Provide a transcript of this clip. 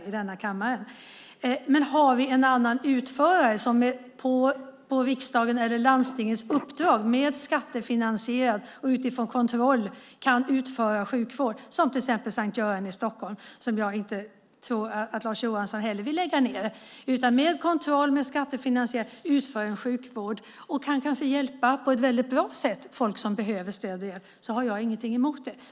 Om vi däremot har en annan utförare som på riksdagens eller landstingets uppdrag, genom skattefinansiering och utifrån kontroll, kan utföra sjukvård, som exempelvis Sankt Göran i Stockholm som jag inte tror att heller Lars Johansson vill lägga ned, och kanske på ett bra sätt kan hjälpa folk som behöver stöd och hjälp har jag ingenting emot det.